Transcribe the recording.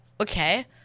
Okay